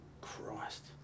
Christ